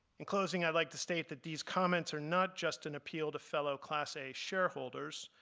in closing i'd like to state that these comments are not just an appeal to fellow class a shareholders,